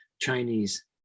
chinese